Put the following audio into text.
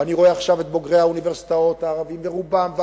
ואני רואה עכשיו את בוגרי האוניברסיטאות הערבים והדרוזים,